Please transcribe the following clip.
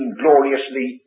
gloriously